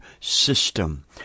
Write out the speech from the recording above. system